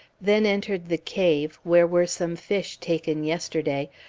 then entered the cave, where were some fish taken yesterday,